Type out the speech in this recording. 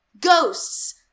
ghosts